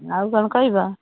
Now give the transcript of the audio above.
ଆଉ କ'ଣ କହିବ